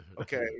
okay